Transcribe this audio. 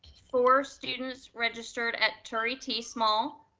four students registered at turie t. small